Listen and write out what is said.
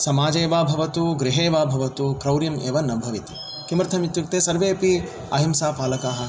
समाजे वा भवतु गृहे वा भवतु क्रौर्यम् एव न भवेत् किमर्थम् इत्युक्ते सर्वेऽपि अहिंसापालकाः